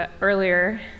earlier